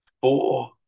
four